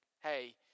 hey